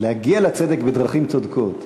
להגיע לצדק בדרכים צודקות.